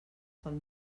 pels